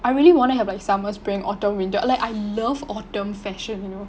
I really want to have like summer spring autumn winter like I love autumn fashion you know